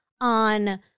on